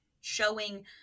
showing